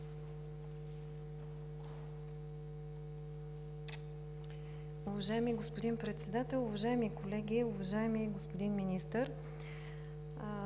Уважаеми господин Председател, уважаеми колеги! Уважаеми господин Министър,